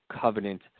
covenant